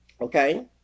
Okay